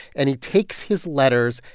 and he takes his letters,